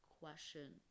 question